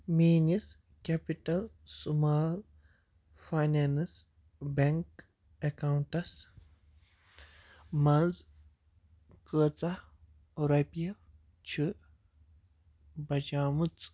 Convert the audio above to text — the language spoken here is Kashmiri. میٛٲنِس capital small finance bank accounts منٛز کۭژاہ رۄپیہِ چھِ بچیمٕژ